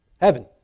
Heaven